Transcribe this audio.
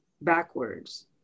backwards